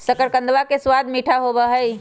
शकरकंदवा के स्वाद मीठा होबा हई